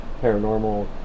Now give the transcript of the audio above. paranormal